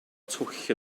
twll